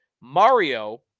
Mario